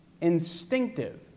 instinctive